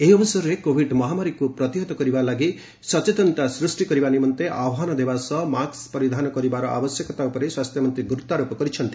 ଏହି ଅବସରରେ କୋଭିଡ ମହାମାରୀକୁ ପ୍ରତିହତ କରିବା ଲାଗି ସଚେତନତା ସୃଷ୍ଟି କରିବା ନିମନ୍ତେ ଆହ୍ପାନ ଦେବା ସହ ମାସ୍କ ପରିଧାନ କରିବାର ଆବଶ୍ୟକତା ଉପରେ ସ୍ୱାସ୍ଥ୍ୟମନ୍ତ୍ରୀ ଗୁରୁତ୍ୱାରୋପ କରିଛନ୍ତି